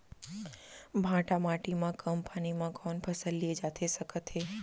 भांठा माटी मा कम पानी मा कौन फसल लिए जाथे सकत हे?